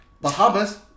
Bahamas